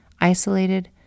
isolated